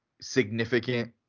significant